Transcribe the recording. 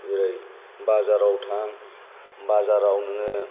जेरै बाजाराव थां बाजाराव नोङो